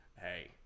Hey